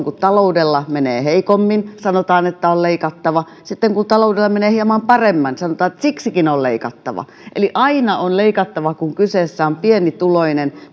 kun taloudessa menee heikommin sanotaan että on leikattava ja sitten kun taloudessa menee hieman paremmin sanotaan että siksikin on leikattava eli aina on leikattava kun kyseessä on pienituloinen